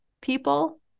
people